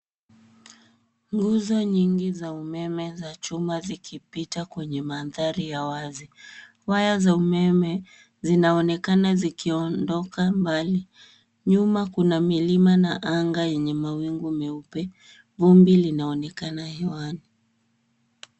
Nguzo nyingi za umeme za chuma zikipita kwenye mandhari ya wazi. Waya za umeme zinaonekana zikiondoka mbali. Nyuma kuna milima na anga yenye mawingu meupe. Vumbi linaonekana hewani.